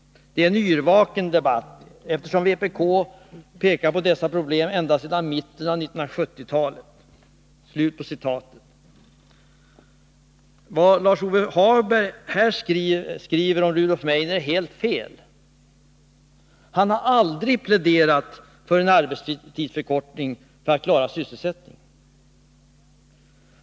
Det är en något yrvaken debatt, eftersom vpk pekat på dessa problem ända sedan mitten på 1970-talet.” Vad Lars-Ove Hagberg här skriver om Rudolf Meidner är helt fel. Han har aldrig pläderat för en arbetstidsförkortning för att klara sysselsättningen.